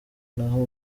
naho